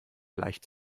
leicht